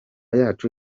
yacu